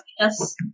Yes